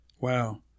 wow